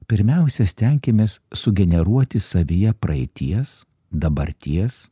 pirmiausia stenkimės sugeneruoti savyje praeities dabarties